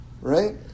Right